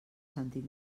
sentit